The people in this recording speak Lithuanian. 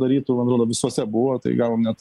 darytų man atrodo visuose buvo tai gavot net